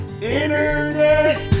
internet